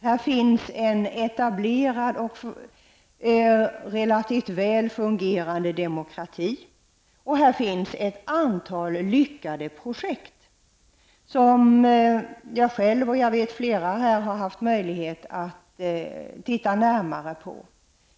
Här finns det en etablerad och relativt väl fungerande demokrati, och här finns det ett antal lyckade projekt som jag själv -- och jag vet att flera här också har haft den möjligheten -- kunnat studera närmare.